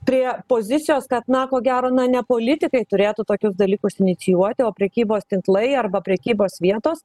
prie pozicijos kad na ko gero na ne politikai turėtų tokius dalykus inicijuoti o prekybos tinklai arba prekybos vietos